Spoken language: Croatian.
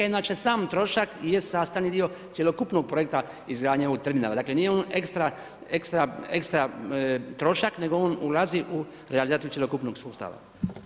Inače sam trošak i je sastavni dio cjelokupnog projekta izgradnje ovog terminala, dakle nije on ekstra trošak, nego on ulazi u realizaciju cjelokupnog sustava.